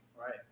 right